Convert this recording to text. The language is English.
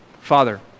Father